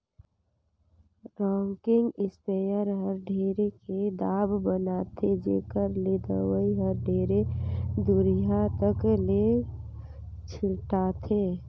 rocking sprayer हर ढेरे के दाब बनाथे जेखर ले दवई हर ढेरे दुरिहा तक ले छिटाथे